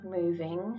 moving